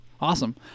Awesome